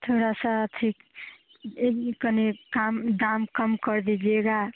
थोड़ा सा ठीक एक कनी काम दाम कम कर दीजिएगा